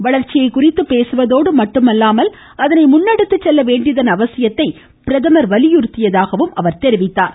வளர்ச்சியை குறித்து பேசுவதோடு மட்டுமல்லாமல் அதனை முன்னெடுத்து செல்ல வேண்டியதன் அவசியத்தை பிரதமர் வலியுறுத்தியதாகவும் அவர் கூழினார்